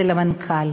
זה המנכ"ל.